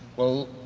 well,